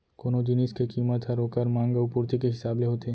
कोनो जिनिस के कीमत हर ओकर मांग अउ पुरती के हिसाब ले होथे